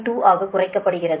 2 ஆக குறிப்பிடப்பட்டுள்ளது